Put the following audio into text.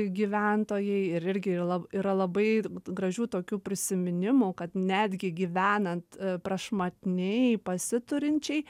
gyventojai ir irgi la yra labai gražių tokių prisiminimų kad netgi gyvenant prašmatniai pasiturinčiai